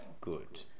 Good